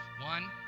One